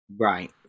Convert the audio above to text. Right